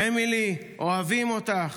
אמילי, אוהבים אותך.